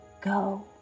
Go